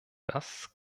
das